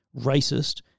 racist